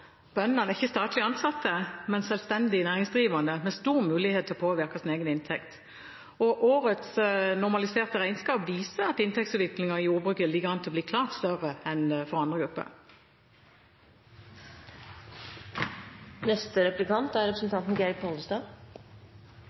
Bøndene er ikke statlig ansatte, men selvstendig næringsdrivende, med en stor mulighet til å påvirke sin egen inntekt. Årets normaliserte regnskap viser at inntektsutviklingen i jordbruket ligger an til å bli klart større enn for andre grupper. Eg vil følgja opp det same temaet. Det er rett som representanten